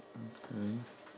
okay